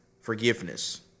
forgiveness